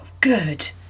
Good